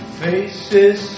faces